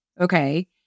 okay